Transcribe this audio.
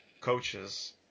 coaches